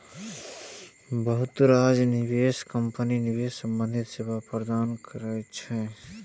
बहुत रास निवेश कंपनी निवेश संबंधी सेवा प्रदान करै छै